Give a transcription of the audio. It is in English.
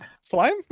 Slime